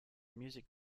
music